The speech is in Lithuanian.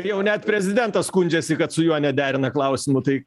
jau net prezidentas skundžiasi kad su juo nederina klausimų tai